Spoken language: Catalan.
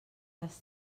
les